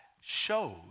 shows